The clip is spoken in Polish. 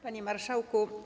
Panie Marszałku!